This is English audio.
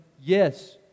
Yes